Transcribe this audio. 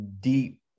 deep